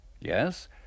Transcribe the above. Yes